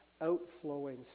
outflowing